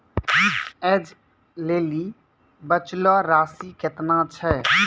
ऐज लेली बचलो राशि केतना छै?